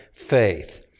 faith